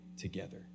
together